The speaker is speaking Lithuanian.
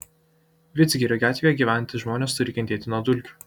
vidzgirio gatvėje gyvenantys žmonės turi kentėti nuo dulkių